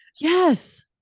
Yes